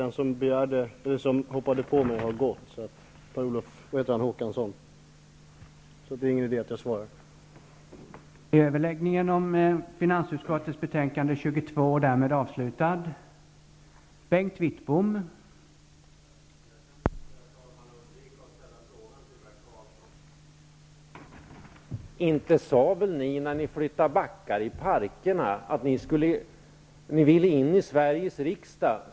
Per Olof Håkansson som hoppade på mig har gått så det är ingen idé att jag svarar på det han sade.